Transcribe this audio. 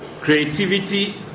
creativity